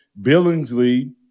Billingsley